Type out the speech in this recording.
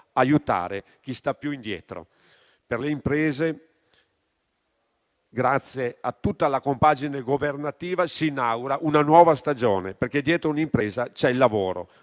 aiutare chi sta più indietro. Per le imprese, grazie a tutta la compagine governativa, si inaugura una nuova stagione, perché dietro un'impresa c'è lavoro.